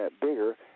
bigger